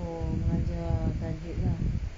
oh mengajar tajwid lah